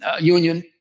union